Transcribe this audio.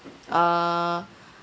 uh